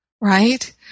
right